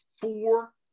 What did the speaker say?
four